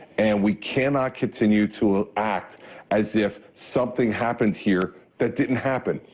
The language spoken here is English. and we cannot continue to act as if something happened here that didn't happen.